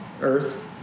earth